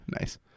nice